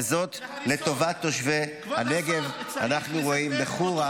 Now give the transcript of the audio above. -- וזאת לטובת תושבי הנגב ------ אנחנו רואים בחורה,